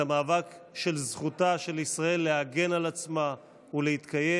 את המאבק על זכותה של ישראל להגן על עצמה ולהתקיים.